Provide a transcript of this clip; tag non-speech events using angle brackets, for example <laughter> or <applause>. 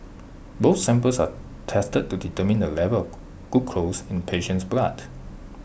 both samples are tested to determine the level <noise> glucose in the patient's blood